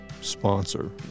sponsor